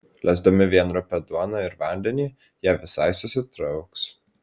lesdami vien rupią duoną ir vandenį jie visai susitrauks